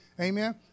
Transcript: Amen